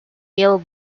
mill